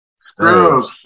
screws